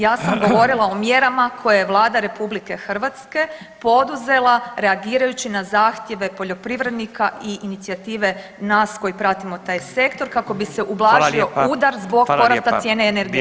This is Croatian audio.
Ja sam govorila o mjerama koje je Vlada RH poduzela reagirajući na zahtjeve poljoprivrednika i inicijative nas koji pratimo taj sektor kako bi se ublažio udar zbog porasta [[Upadica Radin: Hvala lijepa.]] porasta [[Upadica Radin: Hvala lijepa.]] cijene energenata.